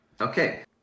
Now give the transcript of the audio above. Okay